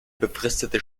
befristete